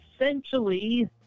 Essentially